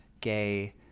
gay